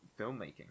filmmaking